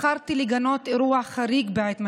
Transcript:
בחרתי לגנות אירוע חריג בעת משבר.